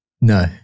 no